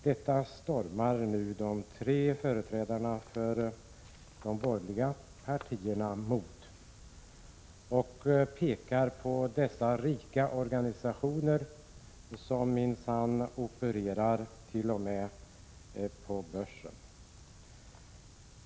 Detta stormar nu de tre företrädarna för de borgerliga partierna mot och pekar på att dessa rika organisationer minsann t.o.m. opererar på börsen.